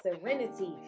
serenity